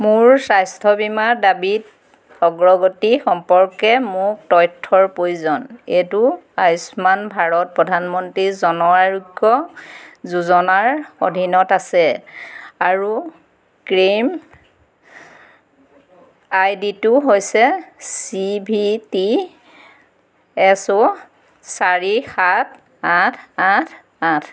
মোৰ স্বাস্থ্য বীমা দাবীত অগ্ৰগতি সম্পৰ্কে মোক তথ্যৰ প্ৰয়োজন এইটো আয়ুষ্মান ভাৰত প্ৰধানমন্ত্ৰী জন আৰোগ্য যোজনাৰ অধীনত আছে আৰু ক্লেইম আইডিটো হৈছে C V T S O চাৰি সাত আঠ আঠ আঠ